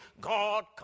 God